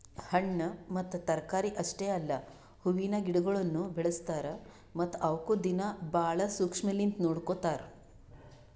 ಹಣ್ಣ ಮತ್ತ ತರಕಾರಿ ಅಷ್ಟೆ ಅಲ್ಲಾ ಹೂವಿನ ಗಿಡಗೊಳನು ಬೆಳಸ್ತಾರ್ ಮತ್ತ ಅವುಕ್ ದಿನ್ನಾ ಭಾಳ ಶುಕ್ಷ್ಮಲಿಂತ್ ನೋಡ್ಕೋತಾರ್